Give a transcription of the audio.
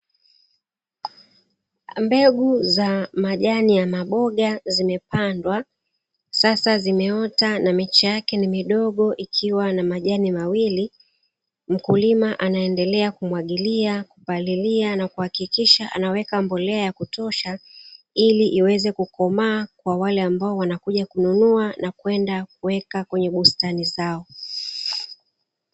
Mbegu za majani ya maboga zimepandwa sasa zimeota na miche yake ni midogo, ikiwa na majani mawili mkulima anaendelea kumwagilia kupalilia na kuhakikisha anaweka mbolea ya kutosha, ili iweze kukomaa kwa wale ambao wanakuja kununua, na kwenda kuweka kwenye bustani zao.